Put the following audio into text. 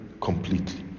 completely